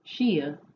Shia